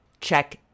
check